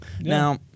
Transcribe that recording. Now